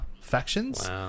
factions